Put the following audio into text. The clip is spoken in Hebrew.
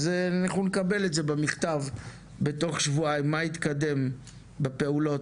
אז אנחנו נקבל את זה במכתב בתוך שבועיים מה התקדם בפעולות,